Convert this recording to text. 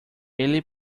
ele